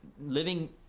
living